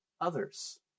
others